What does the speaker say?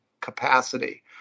capacity